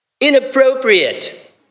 Inappropriate